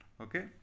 Okay